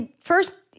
first